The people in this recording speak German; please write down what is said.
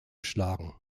schlagen